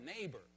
neighbor